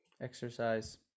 exercise